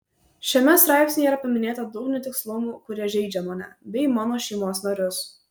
šiame straipsnyje yra paminėta daug netikslumų kurie žeidžia mane bei mano šeimos narius